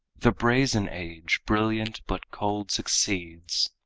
the brazen age, brilliant but cold, succeeds.